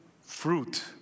fruit